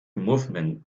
movement